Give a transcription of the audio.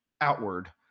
outward